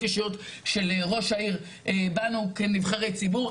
אישיות של ראש העיר בנו כנבחרי ציבור,